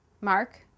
Mark